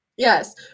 Yes